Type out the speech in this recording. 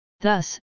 Thus